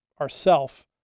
ourself